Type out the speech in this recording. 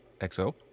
XO